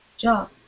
job